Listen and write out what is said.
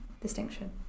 distinction